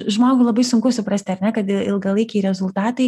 žmogų labai sunku suprasti ar ne kad ilgalaikiai rezultatai